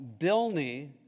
Bilney